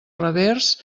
revers